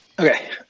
Okay